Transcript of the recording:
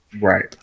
Right